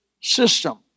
system